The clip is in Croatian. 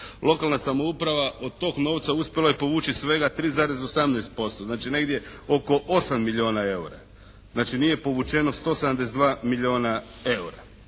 Lokalna samouprava od tog novca uspjela je povući svega 3,18%. Znači negdje oko 8 milijuna EUR-a. Znači nije povučeno 172 milijuna EUR-a.